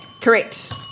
Correct